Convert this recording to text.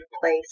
place